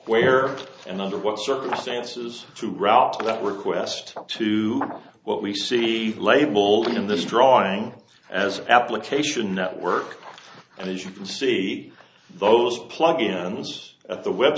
where and under what circumstances to route that were qwest to what we see labeled in this drawing as application network and as you can see those plug ins at the web